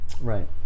right